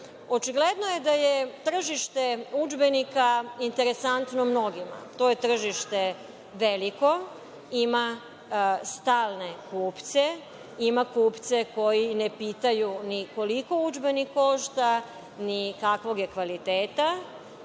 školama. Očigledno je da je tržište udžbenika interesantno mnogima. To je tržište veliko, ima stalne kupce, ima kupce koji ne pitaju ni koliko udžbenik košta ni kakvog je kvaliteta,